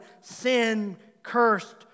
sin-cursed